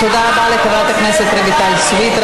תודה רבה לחברת הכנסת רויטל סויד.